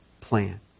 plan